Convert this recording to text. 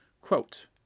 Quote